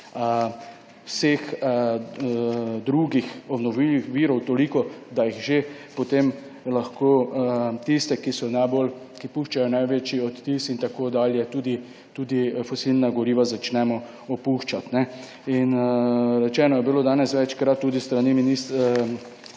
vseh drugih obnovljivih virov toliko, da jih že potem lahko tiste, ki so najbolj, ki puščajo največji odtis in tako dalje, tudi fosilna goriva začnemo opuščati. In rečeno je bilo danes večkrat tudi s strani ministra,